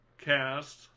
cast